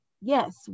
yes